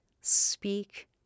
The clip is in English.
speak